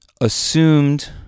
assumed